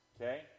okay